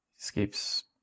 escapes